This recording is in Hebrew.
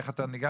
איך אתה ניגש,